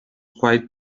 quite